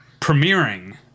premiering